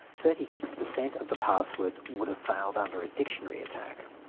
thirty six percent of the passwords would have failed under a dictionary attack.